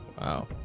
wow